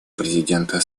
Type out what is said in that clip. президента